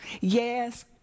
Yes